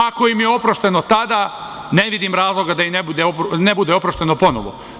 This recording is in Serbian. Ako im je oprošteno tada, ne vidim razloga da im ne bude oprošteno ponovo.